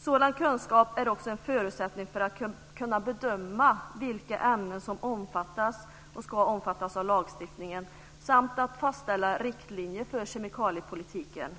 Sådan kunskap är också en förutsättning för att kunna bedöma vilka ämnen som omfattas, och ska omfattas, av lagstiftning samt av fastställda riktlinjer för kemikaliepolitiken.